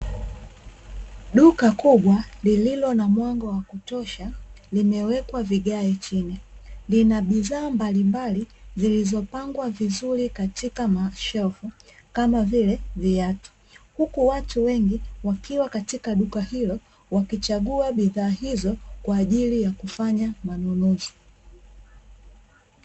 Duka kubwa lililo na mwanga wa kutosha limewekwa vigae chini, lina bidhaa mbalimbali zilizopangwa vizuri katika mashelfu kama vile viatu, huku watu wengi wakiwa katika duka hilo wakichagua bidhaa hizo kwa ajili ya kufanya manunuzi.